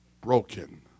broken